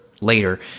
later